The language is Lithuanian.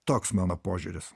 toks mano požiūris